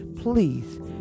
Please